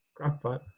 Crockpot